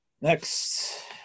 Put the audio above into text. Next